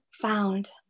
found